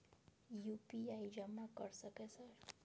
UPI जमा कर सके सर?